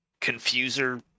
Confuser